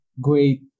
great